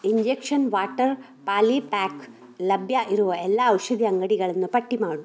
injection water polypack ಲಭ್ಯ ಇರುವ ಎಲ್ಲ ಔಷಧಿ ಅಂಗಡಿಗಳನ್ನು ಪಟ್ಟಿ ಮಾಡು